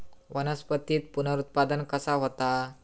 वनस्पतीत पुनरुत्पादन कसा होता?